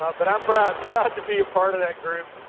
ah but i'm proud proud to be a part of that group.